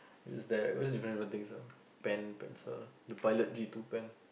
it's that we used different different things ah pen pencil the pilot G-two pen